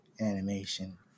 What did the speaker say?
animation